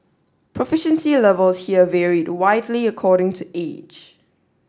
proficiency levels here varied widely according to age